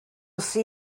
see